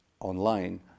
online